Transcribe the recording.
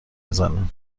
میزنه